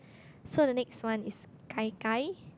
so the next one is Gai-Gai